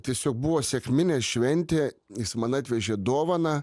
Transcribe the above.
tiesiog buvo sekminės šventė jis man atvežė dovaną